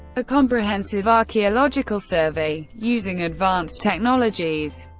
a comprehensive archaeological survey, using advanced technologies,